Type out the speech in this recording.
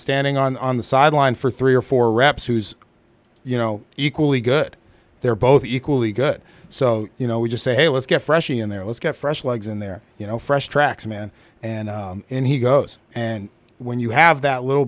standing on the sideline for three or four reps who's you know equally good they're both equally good so you know we just say hey let's get fresh in there let's go fresh legs in there you know fresh tracks man and then he goes and when you have that little